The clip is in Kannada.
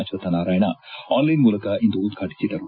ಅಶ್ವತ್ಥ ನಾರಾಯಣ ಆನ್ಲೈನ್ ಮೂಲಕ ಇಂದು ಉದ್ವಾಟಿಸಿದರು